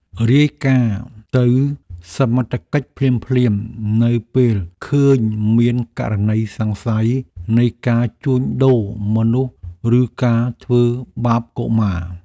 រាយការណ៍ទៅសមត្ថកិច្ចភ្លាមៗនៅពេលឃើញមានករណីសង្ស័យនៃការជួញដូរមនុស្សឬការធ្វើបាបកុមារ។